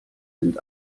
sind